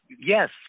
Yes